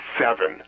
seven